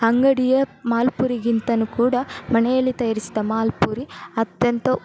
ಅಂಗಡಿಯ ಮಾಲ್ಪುರಿಗಿಂತಲೂ ಕೂಡ ಮನೆಯಲ್ಲಿ ತಯಾರಿಸಿದ ಮಾಲ್ಪುರಿ ಅತ್ಯಂತ